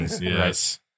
Yes